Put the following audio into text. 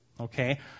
Okay